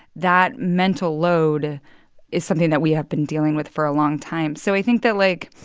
that mental load is something that we have been dealing with for a long time so i think that, like,